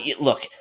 Look